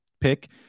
pick